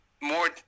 more